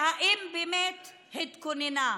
האם היא באמת התכוננה?